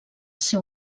ser